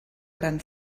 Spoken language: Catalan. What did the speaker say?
gran